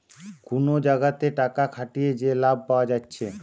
কুনো জাগাতে টাকা খাটিয়ে যে লাভ পায়া যাচ্ছে